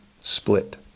split